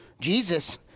Jesus